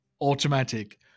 automatic